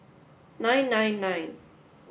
nine nine nine